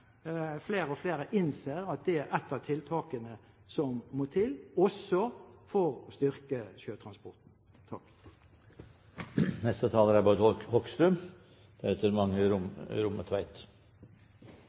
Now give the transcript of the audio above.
Flere og flere innser at det er et av tiltakene som må til, også for å styrke sjøtransporten. Jeg synes det er